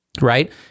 right